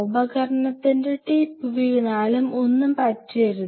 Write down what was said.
ഉപകരണത്തിന്റെ ടിപ്പ് വീണാലും ഒന്നും പറ്റരുത്